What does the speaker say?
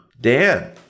Dan